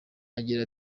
agira